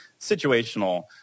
situational